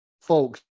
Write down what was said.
folks